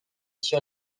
sur